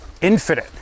infinite